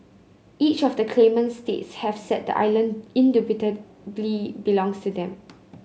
each of the claimant states have said the island indubitably belongs to them